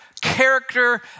character